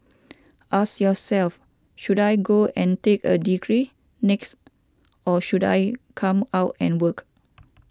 ask yourself should I go and take a degree next or should I come out and work